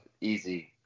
Easy